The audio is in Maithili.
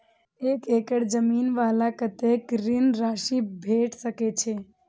एक एकड़ जमीन वाला के कतेक ऋण राशि भेट सकै छै?